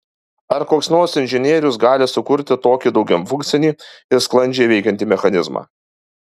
ar koks nors inžinierius gali sukurti tokį daugiafunkcį ir sklandžiai veikiantį mechanizmą